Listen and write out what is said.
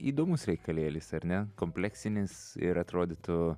įdomus reikalėlis ar ne kompleksinis ir atrodytų